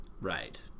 Right